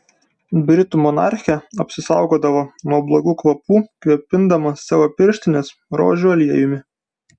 britų monarchė apsisaugodavo nuo blogų kvapų kvėpindama savo pirštines rožių aliejumi